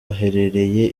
aherereye